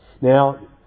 Now